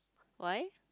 why